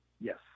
Yes